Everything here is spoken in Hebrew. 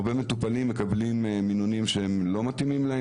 הרבה מטופלים מקבלים מינונים שלא מתאימים להם,